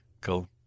Cool